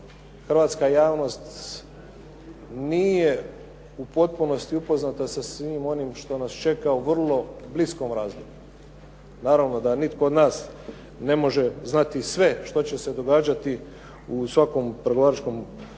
hrvatska javnost nije u potpunosti upoznata sa svim onim što nas čeka u vrlo bliskom razdoblju. Naravno da nitko od nas ne mora znati sve što će se događati u svakom pregovaračkom poglavlju,